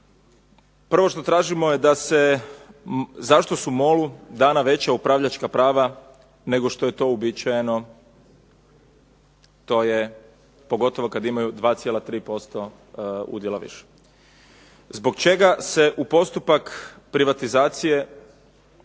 Prvo što tražimo da se, zašto su MOL-u dana veća upravljačka prava nego što je to uobičajeno. To je pogotovo kad imaju 2,3% udjela više. Zbog čega se u postupak privatizacije nije